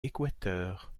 équateur